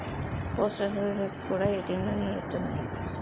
postal services కూడా ఏటీఎంలను నడుపుతున్నాయి